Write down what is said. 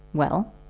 well?